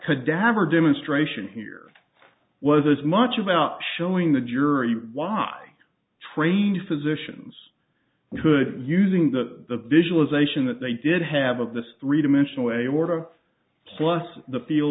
could dabur demonstration here was as much about showing the jury was trained physicians could using the visualization that they did have of this three dimensional aorta plus the feel